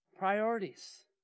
Priorities